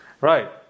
Right